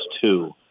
two